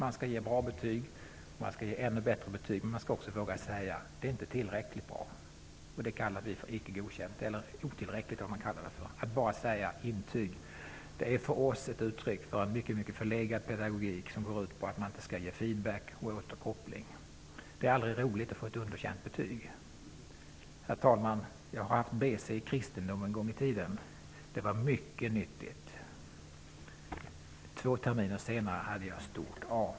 Man skall ge bra betyg, man skall ge ännu bättre betyg, men man skall också våga säga: Det är inte tillräckligt bra. Det benämner vi ''icke godkänt'', ''otillräckligt'', eller vad man kallar det för. Att bara ge intyg är för oss ett uttryck för en förlegad pedagogik som går ut på att man inte ge feedback, eller återkoppling. Det är aldrig roligt att få ett underkänt betyg. Jag har en gång i tiden haft BC i kristendom. Det var mycket nyttigt. Två terminer senare hade jag stort A.